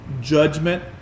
Judgment